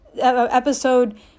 episode